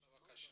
טוב.